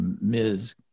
Ms